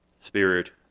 spirit